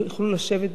יוכלו לשבת בו.